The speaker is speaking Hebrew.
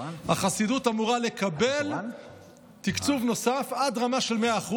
החסידות אמורה לקבל תקציב נוסף עד רמה של 100%,